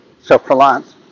self-reliance